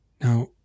Now